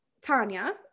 Tanya